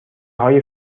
های